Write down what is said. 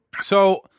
So-